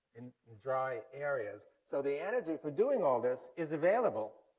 in dry areas. so, the energy for doing all this is available,